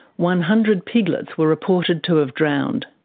one hundred piglets were reported to have drowned.